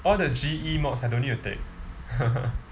all the G_E mods I don't need to take